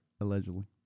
Allegedly